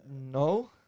No